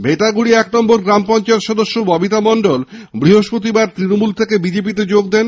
ভেটাগুড়ি এক নম্বর গ্রামপঞ্চায়েত সদস্য ববিতা মন্ডল বৃহস্পতিবার তৃণমূল থেকে বিজেপিতে যোগ দেন